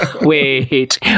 Wait